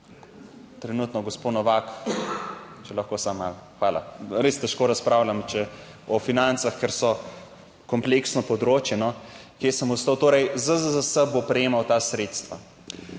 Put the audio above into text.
trenutno gospo Novak, če lahko samo malo, Hvala. Res težko razpravljam, če o financah, ker so kompleksno področje, no, kje sem ostal? Torej, ZZZS bo prejemal ta sredstva.